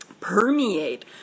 permeate